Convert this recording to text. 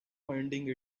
finding